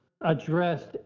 addressed